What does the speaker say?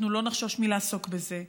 אנחנו לא נחשוש מלעסוק בזה.